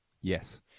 Yes